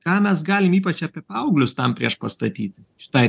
ką mes galim ypač apie paauglius tam priešpastatyti šitai